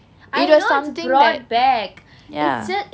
it was something that ya